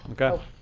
Okay